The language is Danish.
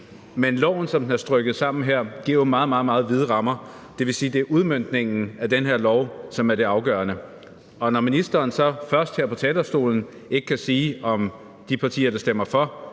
Men lovforslaget, som det er strikket sammen her, giver jo meget, meget vide rammer, og det vil sige, at det er udmøntningen af den her lov, som er det afgørende. Og når ministeren så her på talerstolen ikke kunne sige, om de partier, der stemmer for,